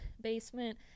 basement